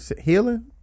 healing